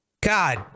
God